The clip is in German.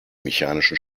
mechanischen